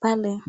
pale.